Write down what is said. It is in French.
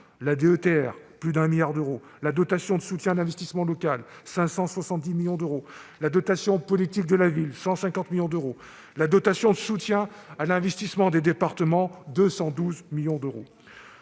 à plus d'un milliard d'euros, la dotation de soutien à l'investissement local à 570 millions d'euros, la dotation politique de la ville à 150 millions d'euros, la dotation de soutien à l'investissement des départements à 212 millions d'euros.